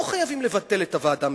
לא חייבים לבטל את הוועדה המחוזית,